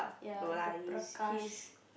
ya and the Prakash